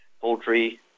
poultry